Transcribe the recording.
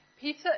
Peter